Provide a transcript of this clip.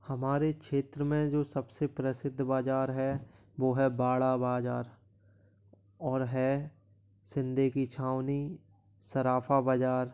हमारे क्षेत्र मे जो सबसे प्रसिद्ध बाज़ार है वह है बाड़ा बाज़ार और है सिंधे की छावनी सराफा बाज़ार